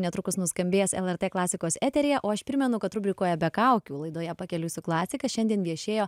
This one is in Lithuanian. netrukus nuskambės lrt klasikos eteryje o aš primenu kad rubrikoje be kaukių laidoje pakeliui su klasika šiandien viešėjo